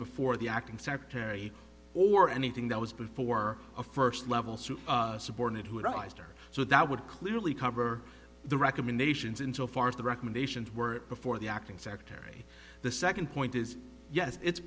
before the acting secretary or anything that was before a first level suit subordinate who rise or so that would clearly cover the recommendations in so far as the recommendations were before the acting secretary the second point is yes it's